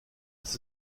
das